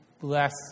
bless